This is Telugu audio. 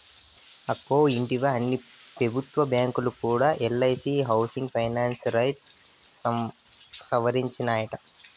అక్కో ఇంటివా, అన్ని పెబుత్వ బాంకీలు కూడా ఎల్ఐసీ హౌసింగ్ ఫైనాన్స్ రౌట్ సవరించినాయట